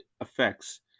effects